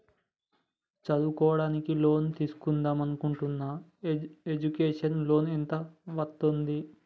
చదువుకోవడానికి లోన్ తీస్కుందాం అనుకుంటున్నా ఎడ్యుకేషన్ లోన్ ఎంత వస్తది?